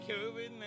COVID